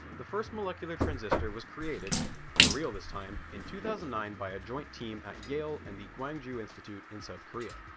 the first molecular transistor was created for real this time in two thousand and nine by a joint team at yale and the gwangu institute in south korea.